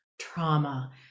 trauma